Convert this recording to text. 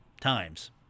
times